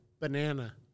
Banana